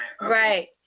Right